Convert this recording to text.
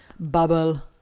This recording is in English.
Bubble